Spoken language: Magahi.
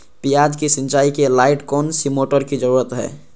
प्याज की सिंचाई के लाइट कौन सी मोटर की जरूरत है?